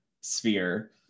sphere